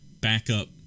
backup